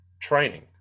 training